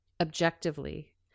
objectively